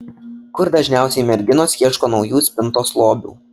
kur dažniausiai merginos ieško naujų spintos lobių